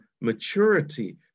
maturity